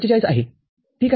४५ आहेठीक आहे